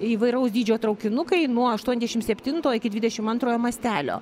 įvairaus dydžio traukinukai nuo aštuondešim septinto iki dvidešim antrojo mastelio